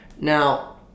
Now